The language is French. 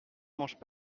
mangent